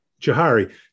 Jahari